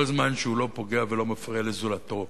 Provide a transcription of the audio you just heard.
כל זמן שהוא לא פוגע ולא מפריע לזולתו,